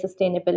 sustainability